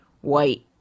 White